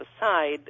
aside